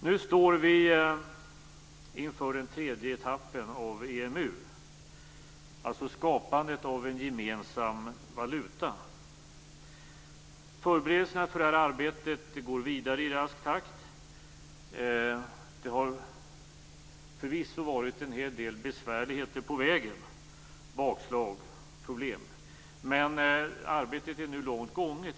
Nu står vi inför den tredje etappen av EMU, skapandet av en gemensam valuta. Förberedelserna för det här arbetet går vidare i rask takt. Det har förvisso varit en hel del besvärligheter, bakslag och problem på vägen, men arbetet är nu långt gånget.